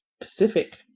Pacific